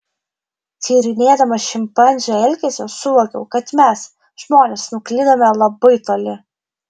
tyrinėdama šimpanzių elgesį suvokiau kad mes žmonės nuklydome labai toli